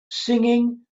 singing